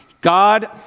God